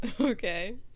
okay